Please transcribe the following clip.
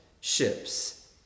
ships